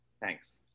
Thanks